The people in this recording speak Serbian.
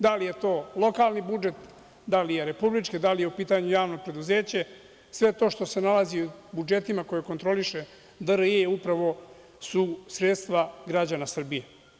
Da li je to lokalni budžet, da li je republički, da li je u pitanju javno preduzeće, sve to što se nalazi u budžetima koje kontroliše DRI upravo su sredstva građana Srbije.